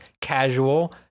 casual